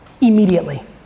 Immediately